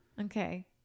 Okay